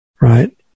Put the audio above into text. right